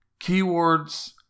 Keywords